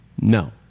No